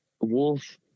wolf